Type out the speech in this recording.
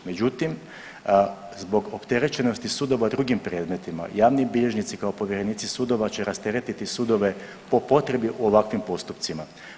Međutim, zbog opterećenosti sudova drugim predmetima javni bilježnici kao povjerenici sudova će rasteretiti sudove po potrebi u ovakvim postupcima.